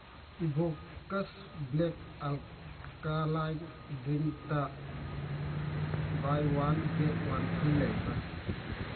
Evocus black alkaline ꯗ꯭ꯔꯤꯡꯇ buy one get one free ꯂꯩꯕ꯭ꯔ